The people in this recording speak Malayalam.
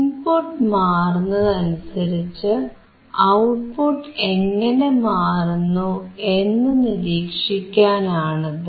ഇൻപുട്ട് മാറ്റുന്നതിനനുസരിച്ച് ഔട്ട്പുട്ട് എങ്ങനെ മാറുന്നു എന്നു നിരീക്ഷിക്കാനാണ് ഇത്